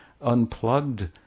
unplugged